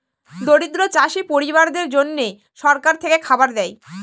দরিদ্র চাষী পরিবারদের জন্যে সরকার থেকে খাবার দেয়